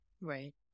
Right